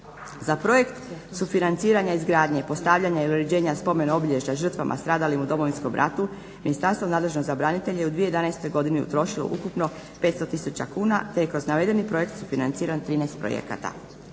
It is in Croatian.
Za projekt sufinanciranja izgradnje postavljanja i uređenja spomen obilježja žrtvama stradalim u Domovinskom ratu ministarstvo nadležno za branitelje u 2011.godini je utrošilo ukupno 500 tisuća kuna te je kroz navedeni projekt financirano 13 projekata.